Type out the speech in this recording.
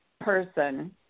person